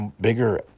bigger